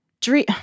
dream